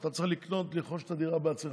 אתה צריך לרכוש את הדירה בעצמך.